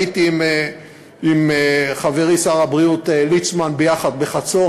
הייתי עם חברי שר הבריאות ליצמן בחצור,